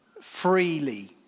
freely